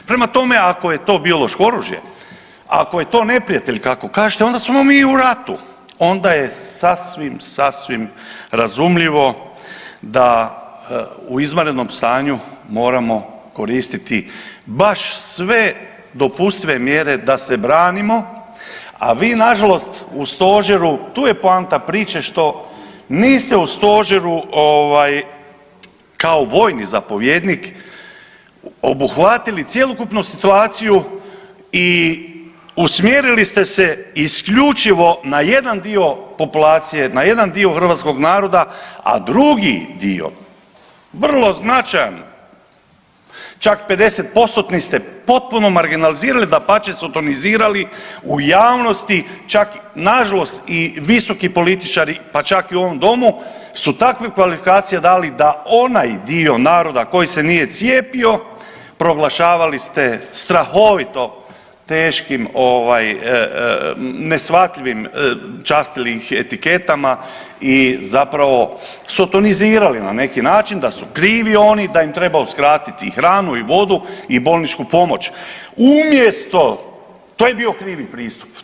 Prema tome, ako je to biološko oružje, ako je to neprijatelj kako kažete onda smo mi u ratu, onda je sasvim, sasvim razumljivo da u izvanrednom stanju moramo koristiti baš sve dopustive mjere da se branimo, a vi nažalost u stožeru, tu je poanta priče, što niste u stožeru ovaj kao vojni zapovjednik obuhvatili cjelokupnu situaciju i usmjerili ste se isključivo na jedan dio populacije, na jedan dio hrvatskog naroda, a drugi dio vrlo značajan, čak 50%-tni ste potpuno marginalizirali, dapače sotonizirali u javnosti čak nažalost i visoki političari, pa čak i u ovom domu su takve kvalifikacije dali da onaj dio naroda koji se nije cijepio proglašavali ste strahovito teškim ovaj neshvatljivim, častili ih etiketama i zapravo sotonizirali na neki način da su krivi oni, da im treba uskratiti hranu i vodu i bolničku pomoć, umjesto, to je bio krivi pristup.